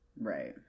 right